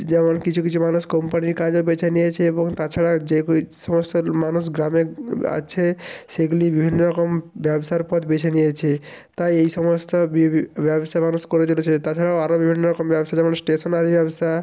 যেমন কিছু কিছু মানুষ কোম্পানির কাজও বেছে নিয়েছে এবং তাছাড়া যেকো সমস্ত মানুষ গ্রামে আছে সেগুলি বিভিন্ন রকম ব্যবসার পথ বেছে নিয়েছে তাই এই সমস্ত বিবি ব্যবসা মানুষ করে চলেছে তাছাড়াও আরও বিভিন্ন রকম ব্যবসা যেমন স্টেশনারি ব্যবসা